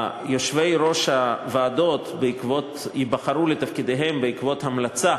יושבי-ראש הוועדות ייבחרו לתפקידיהם בעקבות המלצה